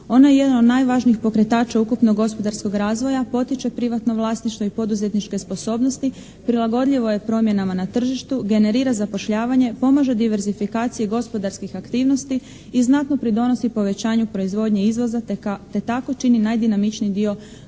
Ona je jedan od najvažnijih pokretača ukupnog gospodarskog razvoja. Potiče privatno vlasništvo i poduzetničke sposobnosti, prilagodljivo je promjenama na tržištu, generira zapošljavanje, pomaže diverzifikaciji gospodarskih aktivnosti i znatno pridonosi povećanju proizvodnje izvoza te tako čini najdinamičniji dio gospodarskog sustava